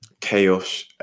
chaos